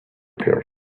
appeared